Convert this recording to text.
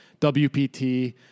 WPT